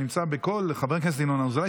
שנמצא בכל ועדה,